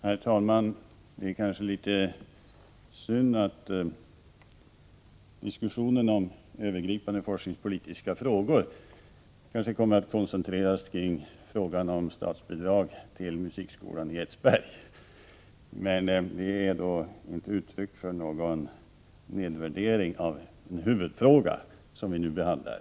Herr talman! Det är litet synd att diskussionen om övergripande forskningspolitiska frågor kanske kommer att koncentreras kring frågan om statsbidrag till musikskolan i Edsberg. Men det är inte uttryck för någon nedvärdering av den huvudfråga som vi nu behandlar.